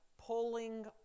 pulling